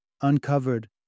uncovered